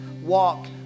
walk